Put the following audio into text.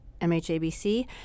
MHABC